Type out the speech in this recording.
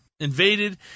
invaded